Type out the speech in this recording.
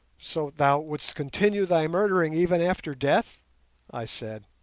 so thou wouldst continue thy murdering even after death i said.